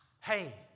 hey